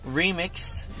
remixed